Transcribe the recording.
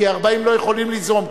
כי 40 לא יכולים ליזום,